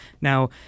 Now